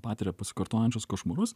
patiria pasikartojančius košmarus